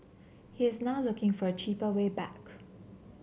he is now looking for a cheaper way back